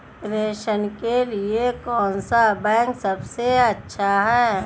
प्रेषण के लिए कौन सा बैंक सबसे अच्छा है?